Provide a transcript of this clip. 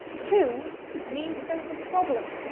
too means there's a problem.